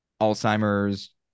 Alzheimer's